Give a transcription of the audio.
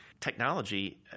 technology